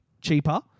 cheaper